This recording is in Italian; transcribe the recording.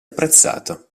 apprezzato